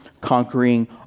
conquering